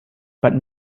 but